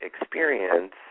Experience